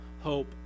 hope